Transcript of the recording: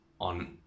on